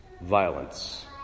violence